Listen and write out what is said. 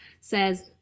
says